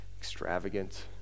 extravagant